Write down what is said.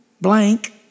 blank